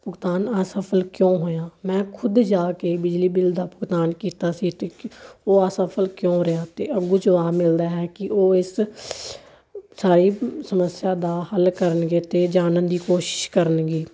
ਭੁਗਤਾਨ ਅਸਫਲ ਕਿਉਂ ਹੋਇਆ ਮੈਂ ਖੁਦ ਜਾ ਕੇ ਬਿਜਲੀ ਬਿੱਲ ਦਾ ਭੁਗਤਾਨ ਕੀਤਾ ਸੀ ਅਤੇ ਉਹ ਅਸਫਲ ਕਿਉਂ ਰਿਹਾ ਅਤੇ ਅੱਗੋਂ ਜਵਾਬ ਮਿਲਦਾ ਹੈ ਕਿ ਉਹ ਇਸ ਸਾਰੀ ਸਮੱਸਿਆ ਦਾ ਹੱਲ ਕਰਨਗੇ ਅਤੇ ਜਾਣਨ ਦੀ ਕੋਸ਼ਿਸ਼ ਕਰਨਗੇ